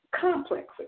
complexes